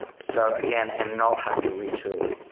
so, again, and not have to re-tool.